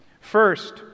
First